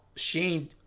Shane